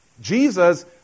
Jesus